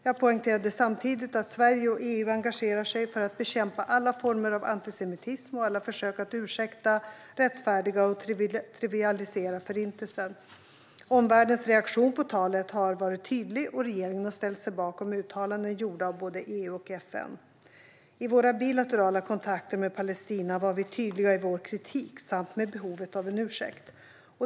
Jag poängterade samtidigt att Sverige och EU engagerar sig för att bekämpa alla former av antisemitism och alla försök att ursäkta, rättfärdiga och trivialisera Förintelsen. Omvärldens reaktion på talet har varit tydlig, och regeringen har ställt sig bakom uttalanden gjorda av både EU och FN. I våra bilaterala kontakter med Palestina var vi tydliga i vår kritik samt om behovet av en ursäkt.